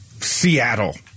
Seattle